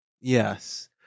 yes